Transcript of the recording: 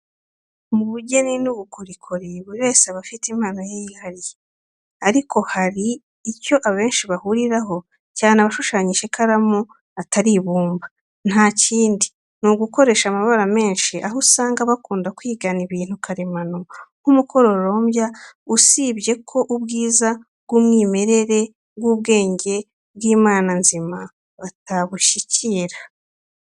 Mu bugeni n'ubukorikori buri wese aba afite impano yihariye, ariko hari icyo abenshi bahuriraho cyane abashushanyisha ikaramu atari ibumba, nta kindi ni ugukoresha amabara menshi, aho usanga bakunda kwigana ibintu karemano nk'umukororombya, usibye ko ubwiza bw'umwimerere w'ubwenge bw'Imana nzima batabushyikira.